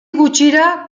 gutxira